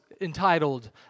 entitled